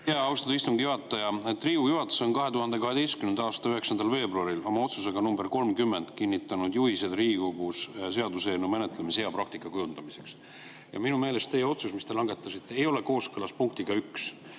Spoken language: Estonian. Austatud istungi juhataja! Riigikogu juhatus on 2012. aasta 9. veebruaril oma otsusega nr 30 kinnitanud juhised Riigikogus seaduseelnõu menetlemise hea praktika kujundamiseks. Ja minu meelest teie otsus, mis te langetasite, ei ole kooskõlas punktiga 1.